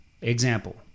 Example